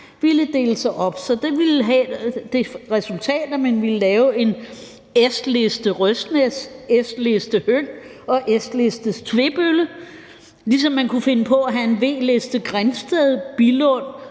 ville dele sig op. Så det ville få det resultat, at man vil lave en S-liste Røsnæs, en S-liste Høng og en S-liste Svebølle, ligesom man kunne finde på at have en V-liste Grindsted og en